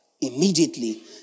immediately